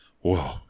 Whoa